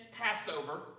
Passover